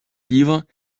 livre